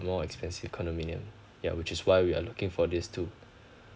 more expensive condominium ya which is why we are looking for these two